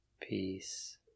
peace